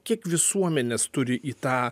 kiek visuomenės turi į tą